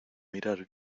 mirar